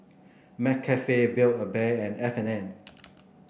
McCafe Build A Bear and F and N